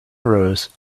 rose